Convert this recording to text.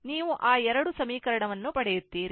ನೀವು ಆ 2 ಸಮೀಕರಣವನ್ನು ಪಡೆಯುತ್ತೀರಿ